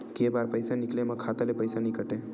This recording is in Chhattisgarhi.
के बार पईसा निकले मा खाता ले पईसा नई काटे?